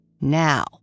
Now